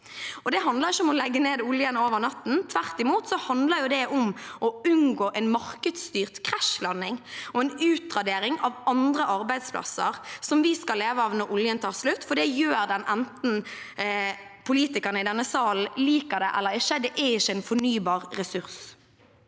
Det handler ikke om å legge ned oljen over natten. Tvert imot: Det handler om å unngå en markedsstyrt krasjlanding, og en utradering av andre arbeidsplasser vi skal leve av når oljen tar slutt – for det gjør den, enten politikerne i denne salen liker det eller ikke. Det er ikke en fornybar ressurs.